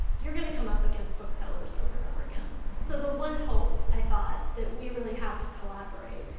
you're gonna come up against booksellers over and over again. so the one hope, i thought, that we really have to collaborate,